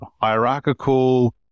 hierarchical